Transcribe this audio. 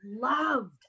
loved